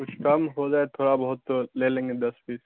کچھ کم ہو جائے تھوڑا بہت تو لے لیں گے دس پیس